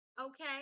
Okay